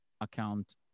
account